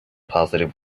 positive